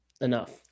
enough